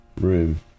room